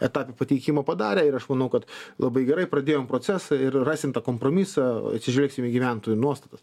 etape pateikimo padarė ir aš manau kad labai gerai pradėjom procesą ir rasim tą kompromisą atsižvelgsim į gyventojų nuostatas